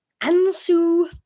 ansu